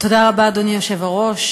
ואז יהיה לך ארוך ארוך ארוך,